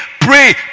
pray